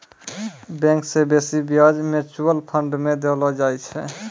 bank से बेसी ब्याज म्यूचुअल फंड मे देलो जाय छै